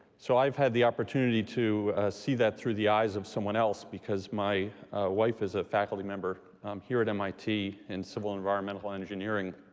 so i've had the opportunity to see that through the eyes of someone else, because my wife is a faculty member here at mit in civil and environmental engineering.